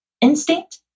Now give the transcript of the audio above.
instinct